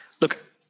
look